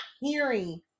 hearing